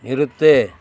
நிறுத்து